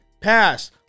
Pass